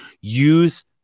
use